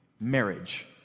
marriage